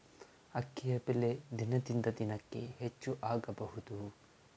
ಅಕ್ಕಿಯ ಬೆಲೆ ದಿನದಿಂದ ದಿನಕೆ ಹೆಚ್ಚು ಆಗಬಹುದು?